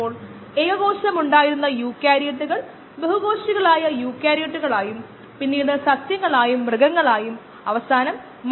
ഈ ജീവികളെയും കോശങ്ങളുടെ സംസ്കാരങ്ങളെയും മറ്റും കൈകാര്യം ചെയ്യുമ്പോൾ കൈകളിലെ കോശങ്ങളെ നശിപ്പിക്കാൻ 70 ശതമാനം എത്തനോൾ ലായനി ഉപയോഗിക്കുന്നു